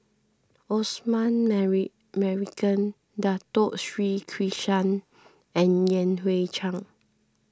Osman Merican Dato Sri Krishna and Yan Hui Chang